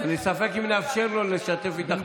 אני בספק אם נאפשר לו לשתף איתך פעולה.